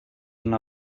una